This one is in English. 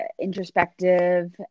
introspective